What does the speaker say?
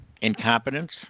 incompetence